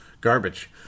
garbage